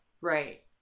Right